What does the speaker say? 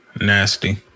Nasty